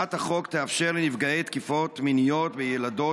הצעת החוק תאפשר לנפגעי תקיפות מיניות בילדות